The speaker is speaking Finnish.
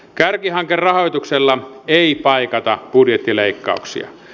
kärkihankerahoituksella ei paikata budjettileikkauksia